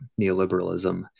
neoliberalism